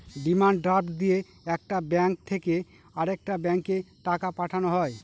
demand draft দিয়ে একটা bank থেকে আরেকটা ব্যাঙ্কে টাকা পাঠানো হয়